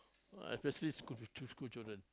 especially school school children